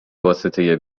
واسطه